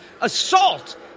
assault